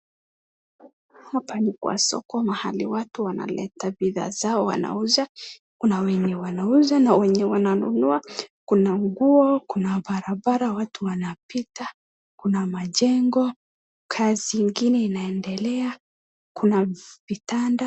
Hapa ni kwa soko mahali watu wanaleta bidhaa zao wanauza. Kuna wenye wanauza na wenye wananunua, kuna nguo, kuna barabra watu wanapita, kuna majengo, kazi ingine inaendelea, kuna vitanda.